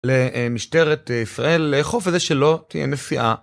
למשטרת ישראל, לאכוף את זה שלא תהיה נסיעה.